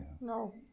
no